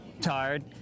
tired